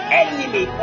enemy